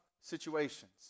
situations